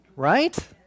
Right